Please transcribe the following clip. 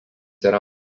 yra